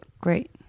great